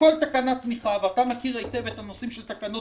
בכל תקנה תמיכה ואתה מכיר היטב את הנושאים של תקנות